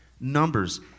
numbers